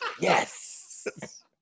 yes